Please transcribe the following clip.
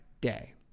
day